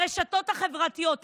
הרשתות החברתיות,